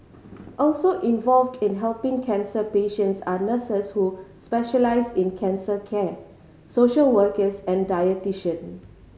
also involved in helping cancer patients are nurses who specialise in cancer care social workers and dietitian